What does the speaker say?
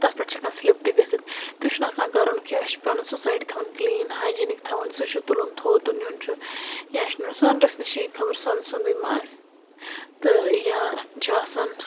تَتھ پٮ۪ٹھ چھِ ہٮ۪کان سِلِپ تہِ گٔژھِتھ تہِ چھُنہٕ آسان کَرُن کہِ اَسہِ چھُ پَنُن سوسایٹی تھاوُن کٕلیٖن ہایجیٖنِک تھاوٕنۍ سُہ چھُ تُلُن تھوٚد تہٕ نیُن چھُ یا چھُ نیُن سۄنرِس نِشی خبر سۄنہٕ سُنٛدٕے ما آسہِ تہٕ یا چھِ آسان